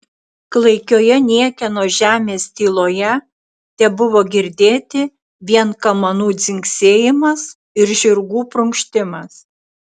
klaikioje niekieno žemės tyloje tebuvo girdėti vien kamanų dzingsėjimas ir žirgų prunkštimas